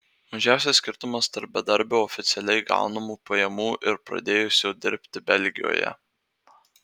mažiausias skirtumas tarp bedarbio oficialiai gaunamų pajamų ir pradėjusio dirbti belgijoje